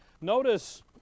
Notice